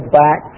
back